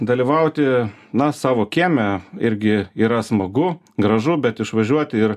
dalyvauti na savo kieme irgi yra smagu gražu bet išvažiuoti ir